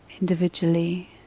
individually